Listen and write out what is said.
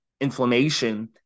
inflammation